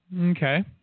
Okay